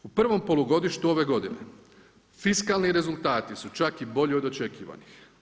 U prvom polugodištu ove godine, fiskalni rezultati su čak i bolji od očekivanih.